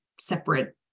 separate